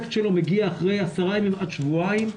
האפקט שלו מגיע אחרי עשרה ימים עד שבועיים,